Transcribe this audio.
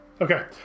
Okay